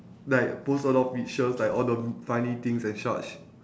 like post a lot of pictures like all the funny things and such